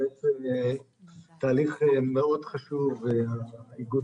זה באמת תהליך מאוד חשוב לאיגוד